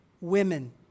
women